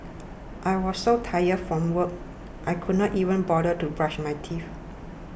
I was so tired from work I could not even bother to brush my teeth